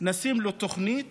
נשים לו תוכנית